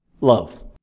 Love